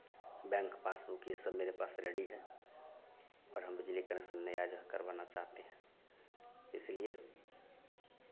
bank passbook ये सब मेरे पास रेडी हैं और हम बिजली कनेक्शन नया जो है करवाना चाहते हैं इसलिए